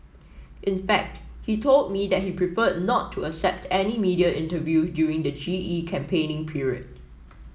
in fact he told me that he preferred not to accept any media interview during the G E campaigning period